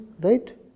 right